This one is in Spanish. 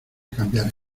cambiar